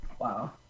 Wow